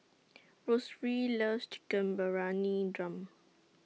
loves Chicken Briyani Dum